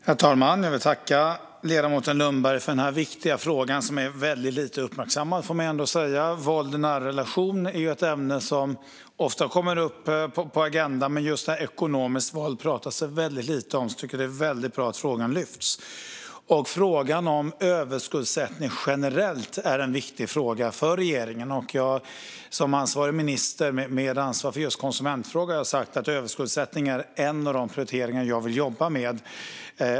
Herr talman! Jag vill tacka ledamoten Lundberg för den här viktiga frågan som är väldigt lite uppmärksammad, får man ändå säga. Våld i nära relation är ju ett ämne som ofta kommer upp på agendan, men just ekonomiskt våld pratas det väldigt lite om. Jag tycker därför att det är bra att frågan lyfts. Frågan om överskuldsättning generellt är viktig för regeringen, och som minister med ansvar för just konsumentfrågor har jag sagt att överskuldsättning är en av de prioriteringar som jag vill jobba med.